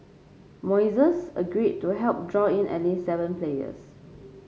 Moises agreed to help draw in at least seven players